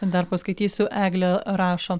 dar paskaitysiu eglė rašo